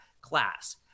class